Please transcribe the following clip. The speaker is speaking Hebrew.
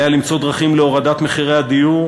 עליה למצוא דרכים להורדת מחירי הדיור